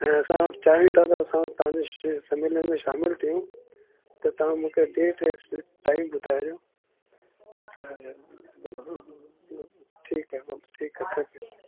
ऐं असां चाहियूं था त असां तव्हांजे श समेलन में शामिलु थियूं त तव्हां मूंखे डेट ऐं टाइम ॿुधायो त ठीकु आहे ठीकु आहे